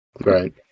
Right